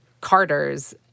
carters